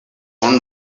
own